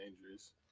dangerous